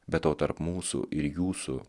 be to tarp mūsų ir jūsų